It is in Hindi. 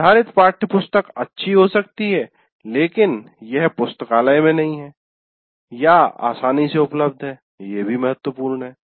निर्धारित पाठ्यपुस्तक अच्छी हो सकती है लेकिन यह पुस्तकालय में नहीं है या आसानी से उपलब्ध है ये भी महत्वपूर्ण है